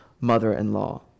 mother-in-law